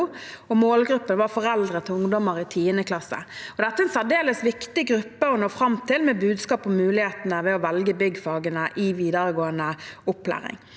Målgruppen var foreldre til ungdommer i 10. klasse. Dette er en særdeles viktig gruppe å nå fram til med budskapet om mulighetene ved å velge byggfagene i videregående opplæring.